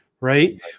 right